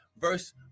Verse